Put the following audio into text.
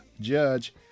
Judge